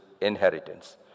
inheritance